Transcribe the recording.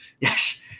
Yes